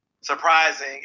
surprising